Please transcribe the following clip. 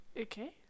Okay